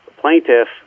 plaintiff